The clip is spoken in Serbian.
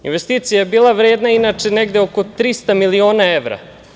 Investicija je bila vredna negde oko 300 miliona evra.